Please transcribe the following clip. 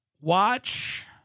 Watch